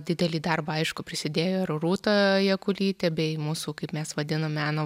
didelį darbą aišku prisidėjo ir rūta jakulytė bei mūsų kaip mes vadinam meno